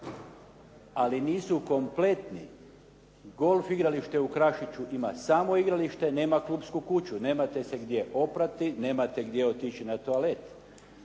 ali nisu kompletni. Golf igralište u Krašiću ima samo igralište. Nema klupsku kuću. Nemate se gdje oprati, nemate gdje otići na toalet.